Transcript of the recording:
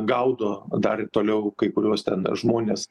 gaudo o dar ir toliau kai kuriuos ten žmones